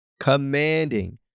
commanding